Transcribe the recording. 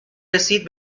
رسید